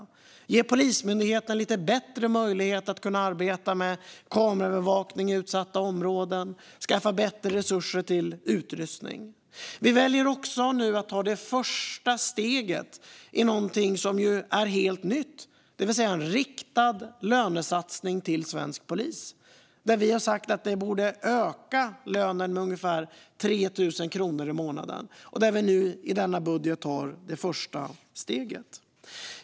Det skulle ge Polismyndigheten lite bättre möjlighet att arbeta med kameraövervakning i utsatta områden och skaffa bättre resurser till utrustning. Vi väljer också att nu ta det första steget mot någonting som är helt nytt. Det är en riktad lönesatsning till svensk polis. Vi har sagt att lönen borde öka med ungefär 3 000 kronor i månaden. Vi tar nu med denna budget det första steget.